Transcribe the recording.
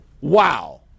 Wow